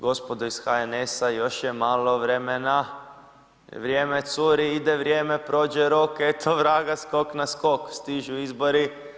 Gospodo iz HNS-a, još je malo vremena, vrijeme curi, ide vrijeme, prođe rok, eto vraga, skok na skok, stižu izbori.